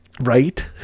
Right